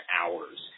hours